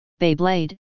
Beyblade